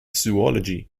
zoology